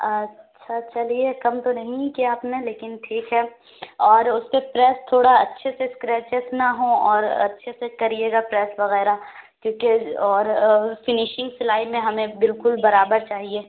اچھا چلیے کم تو نہیں ہی کیا آپ نے لیکن ٹھیک ہے اور اُس پہ پریس تھوڑا اچھے سے اسکریچیز نہ ہوں اور اچھے سے کریے گا پریس وغیرہ کیوں کہ اور فنیشنگ سلائی میں ہمیں بالکل برابر چاہیے